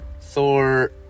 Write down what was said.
Thor